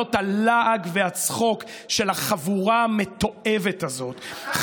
לקולות הלעג והצחוק של החבורה המתועבת הזאת.